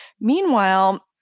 Meanwhile